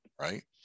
right